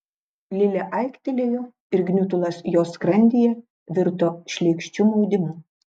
lilė aiktelėjo ir gniutulas jos skrandyje virto šleikščiu maudimu